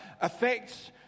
affects